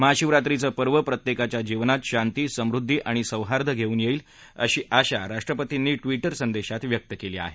महाशिवरात्रीचं पर्व प्रत्येकाच्या जीवनात शांती समृद्धी आणि सौहार्द घेऊन येईल अशी अशा राष्ट्रपतींनी विउे संदेशात व्यक्त केली आहे